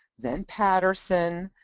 then paterson,